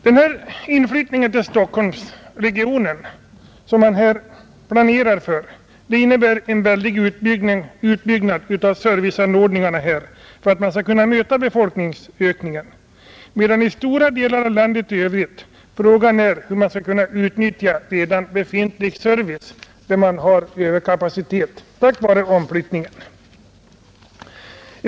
Den inflyttning till Stockholmsregionen som man planerar medför en omfattande utbyggnad av serviceanordningarna för att befolkningsökningen skall kunna klaras, medan i stora delar av landet i övrigt frågan är hur man skall kunna utnyttja redan befintlig service — man har överkapacitet Herr talman!